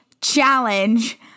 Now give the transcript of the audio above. Challenge